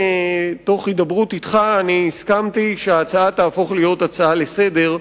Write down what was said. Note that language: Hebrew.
בהידברות אתך הסכמתי שההצעה תהפוך להיות הצעה לסדר-היום,